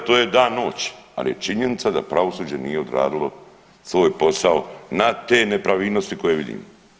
To je dan – noć, ali je činjenica da pravosuđe nije odradilo svoj posao na te nepravilnosti koje vidimo.